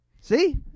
See